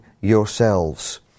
yourselves